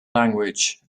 language